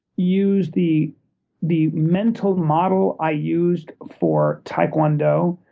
use the the mental model i used for tai kwon do,